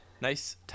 Nice